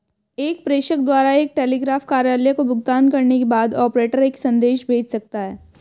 एक प्रेषक द्वारा एक टेलीग्राफ कार्यालय को भुगतान करने के बाद, ऑपरेटर एक संदेश भेज सकता है